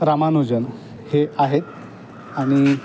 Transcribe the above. रामनुजन हे आहेत आणि